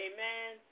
Amen